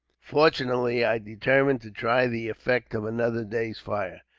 fortunately, i determined to try the effect of another day's fire.